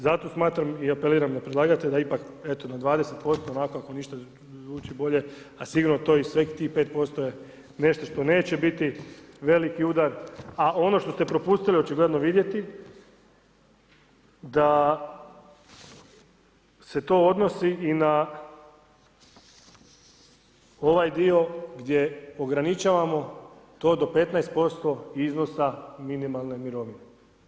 Zato smatram i apeliram na predlagatelja ipak eto na 20% onako ako ništa, zvuči bolje a sigurno to i svih tih 5% nje nešto što neće biti veliki udar a ono što ste propustili očigledno vidjeti da se to odnosi i na ovaj dio gdje ograničavamo to do 15% iznosa minimalne mirovine.